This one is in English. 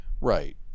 right